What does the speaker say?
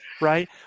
right